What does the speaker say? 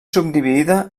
subdividida